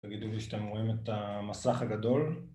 תגידו לי שאתם רואים את המסך הגדול